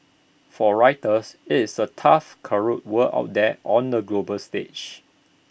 for writers IT is A tough cutthroat world out there on the global stage